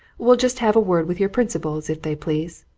we'll just have a word with your principals, if they please.